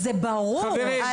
זה ברור.